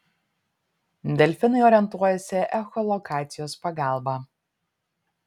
delfinai orientuojasi echolokacijos pagalba